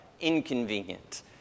inconvenient